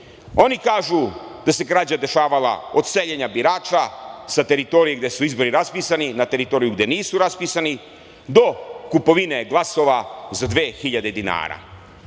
oni kažu da se krađa dešavala od seljenja birača sa teritorije gde su izbori raspisani na teritoriju gde nisu raspisani, do kupovine glasova za 2.000